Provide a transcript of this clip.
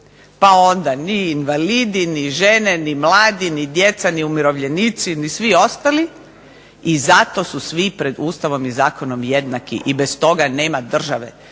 pa onda ni invalidi, ni žene, ni mladi, ni djeca, ni umirovljenici, ni svi ostali i zato su svi pred Ustavom i zakonom jednaki i bez toga nema države.